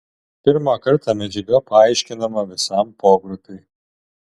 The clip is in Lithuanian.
pirmą kartą medžiaga paaiškinama visam pogrupiui